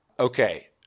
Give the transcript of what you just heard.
Okay